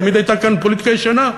כי תמיד הייתה כאן פוליטיקה ישנה,